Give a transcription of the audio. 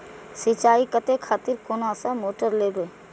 सीचाई करें खातिर कोन सा मोटर लेबे?